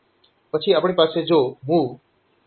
પછી આપણી પાસે જો MOV regmem data છે